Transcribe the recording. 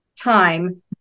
time